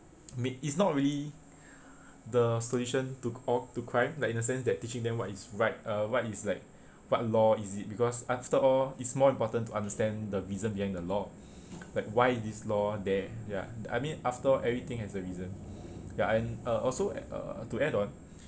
me~ is not really the solution to al~ to crime like in the sense that teaching them what is right uh what is like what law is it because after all it's more important to understand the reason behind the law like why this law there ya I mean after all everything has a reason ya and uh also uh to add on